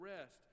rest